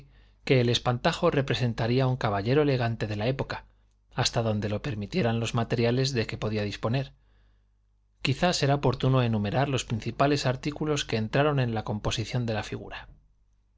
que el espantajo representaría un caballero elegante de la época hasta donde lo permitieran los materiales de que podía disponer quizá será oportuno enumerar los principales artículos que entraron en la composición de la figura